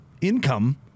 income